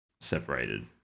separated